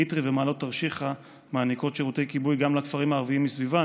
איתרי ומעלות-תרשיחא מעניקות שירותי כיבוי גם לכפרים הערביים מסביבן,